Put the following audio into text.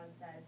says